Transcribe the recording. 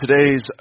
today's